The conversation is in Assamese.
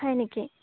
হয় নেকি